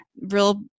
real